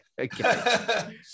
okay